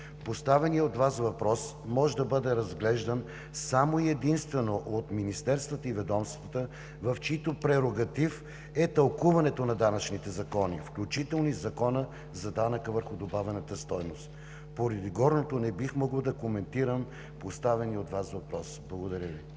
Поставеният от Вас въпрос може да бъде разглеждан само и единствено от министерствата и ведомствата, в чиито прерогатив е тълкуването на данъчните закони, включително и на Закона за ДДС. Поради горното не бих могъл да коментирам поставения от Вас въпрос. Благодаря Ви.